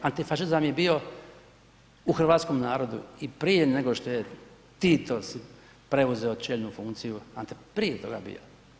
Antifašizam je bio u hrvatskom narodu i prije nego što je Tito preuzeo čelnu funkciju, prije toga je bio.